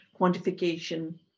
quantification